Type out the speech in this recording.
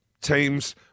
teams